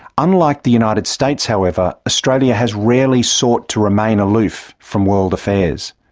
unlike the united states, however, australia has rarely sought to remain aloof from world affairs.